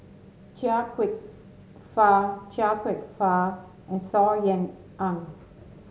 Chia Kwek Fah Chia Kwek Fah and Saw Ean Ang